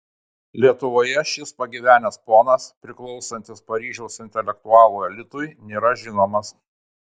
lietuvoje šis pagyvenęs ponas priklausantis paryžiaus intelektualų elitui nėra žinomas